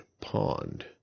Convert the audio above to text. pond